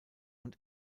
und